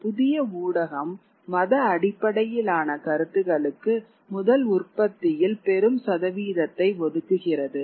ஒரு புதிய ஊடகம் மத அடிப்படையிலான கருத்துகளுக்கு முதல் உற்பத்தியில் பெரும் சதவீதத்தை ஒதுக்குகிறது